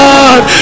God